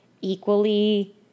equally